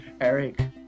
Eric